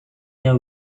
their